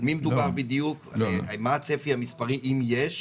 על מי מדובר בדיוק ומה הצפי המספרי, אם יש,